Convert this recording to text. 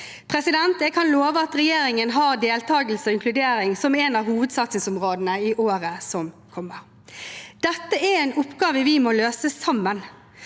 plass. Jeg kan love at regjeringen har deltakelse og inkludering som ett av hovedsatsingsområdene i året som kommer. Dette er en oppgave vi må løse sammen.